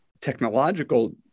technological